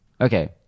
okay